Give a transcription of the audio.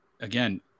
again